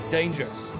Dangerous